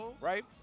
right